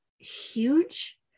Huge